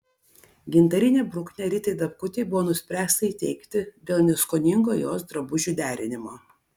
gintarinę bruknę ritai dapkutei buvo nuspręsta įteikti dėl neskoningo jos drabužių derinimo